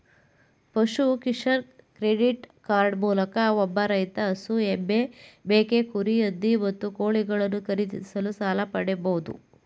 ಪಶು Kisan credit card ಮೂಲಕ ಒಬ್ಬ ರೈತ ಹಸು ಎಮ್ಮೆ ಮೇಕೆ ಕುರಿ ಹಂದಿ ಮತ್ತು ಕೋಳಿಗಳನ್ನು ಖರೀದಿಸಲು ಸಾಲ ಪಡಿಬೋದು